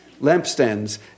lampstands